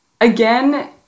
Again